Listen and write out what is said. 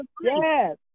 Yes